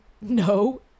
No